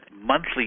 monthly